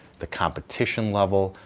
the competition level,